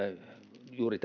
juuri